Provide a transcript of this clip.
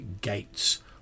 gates